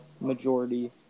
majority